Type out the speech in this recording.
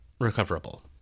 recoverable